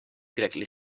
correctly